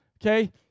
okay